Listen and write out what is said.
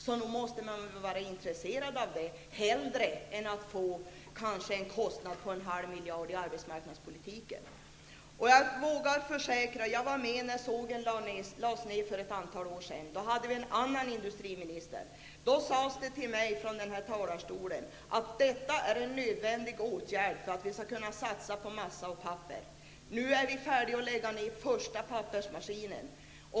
Nog måste väl regeringen vara intresserad av det, hellre än att få en kostnad på kanske en halv miljard för arbetsmarknadspolitiken. Jag var med när sågen lades ner för ett antal år sedan. Då hade vi en annan industriminister. Då sades det till mig, från riksdagens talarstol, att det var en nödvändig åtgärd för att vi skulle kunna satsa på massa och papper. Nu är vi färdiga att lägga ner den första pappersmaskinen.